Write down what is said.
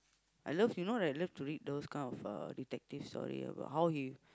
I love you know I love to read those kind of detective story like how he